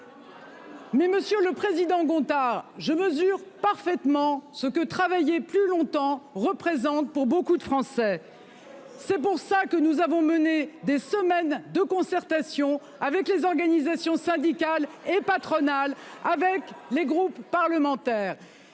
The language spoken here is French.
monsieur le président Gontard, je mesure parfaitement ce que travailler plus longtemps représente pour beaucoup de Français. C'est pourquoi nous avons mené, pendant plusieurs semaines, des concertations avec les organisations syndicales et patronales, ainsi qu'avec les groupes parlementaires.